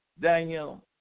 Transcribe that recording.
Daniel